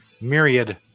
myriad